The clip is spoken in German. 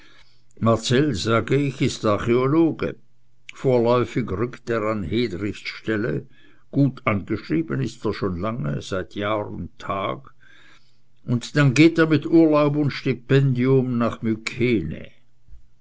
marcell sag ich ist archäologe vorläufig rückt er an hedrichs stelle gut angeschrieben ist er schon lange seit jahr und tag und dann geht er mit urlaub und stipendium nach mykenä